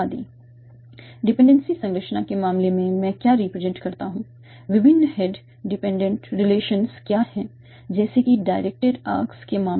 dependency संरचना के मामले में मैं क्या रिप्रेजेंट करता हूं विभिन्न हेड डिपेंडेंट रिलेशंस क्या हैं जैसे कि डायरेक्टेड आर्क्स के मामले में